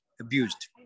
abused